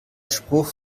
spruch